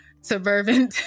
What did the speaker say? suburban